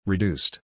Reduced